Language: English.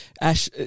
Ash